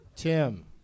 Tim